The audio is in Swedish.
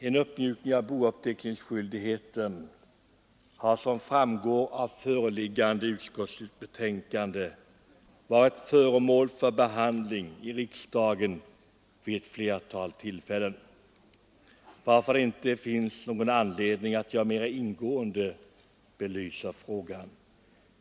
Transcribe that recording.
En uppmjukning av bouppteckningsskyldigheten har som framgår av föreliggande utskottsbetänkande varit föremål för behandling i riksdagen vid ett flertal tillfällen, varför det inte finns någon anledning att jag mera ingående belyser frågan.